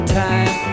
time